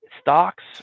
Stocks